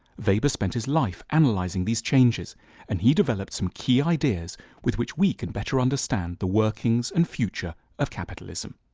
weber spent his life analyzing these changes and he developed some key ideas with which we can better understand the workings and future of capitalism.